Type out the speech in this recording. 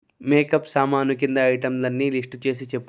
makeup సామాను కింద ఐటమ్లన్నీ లిస్ట్ చేసి చెప్పు